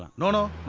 know know